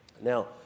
Now